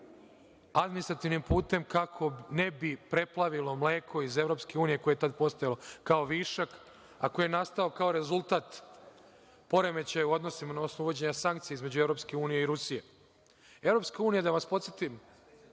administrativnim putem kako ne bi preplavilo mleko iz EU koje je tad postojalo kao višak, a koji je nastao kao rezultat poremećaja u odnosima na osnovu uvođenja sankcija između EU i Rusije. Evropska unija, da vas podsetim,